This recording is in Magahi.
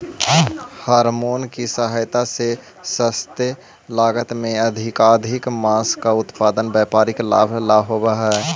हॉरमोन की सहायता से सस्ते लागत में अधिकाधिक माँस का उत्पादन व्यापारिक लाभ ला होवअ हई